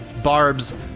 barbs